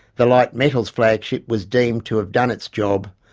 the light metals flagship was deemed to have done its job,